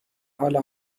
حال